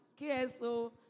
KSO